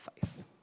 faith